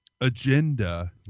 agenda